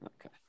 Okay